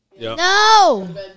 No